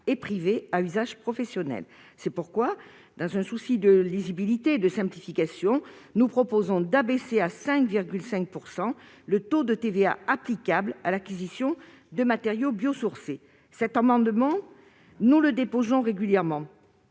et privés à usage professionnel, c'est pourquoi, dans un souci de lisibilité de simplification, nous proposons d'abaisser à 5,5 % le taux de TVA applicable à l'acquisition de matériaux biosourcés cet amendement, nous le déposons régulièrement